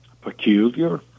peculiar